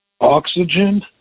Oxygen